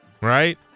Right